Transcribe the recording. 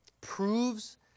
proves